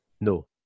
No